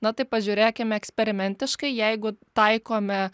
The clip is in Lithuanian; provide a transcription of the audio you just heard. na tai pažiūrėkim eksperimentiškai jeigu taikome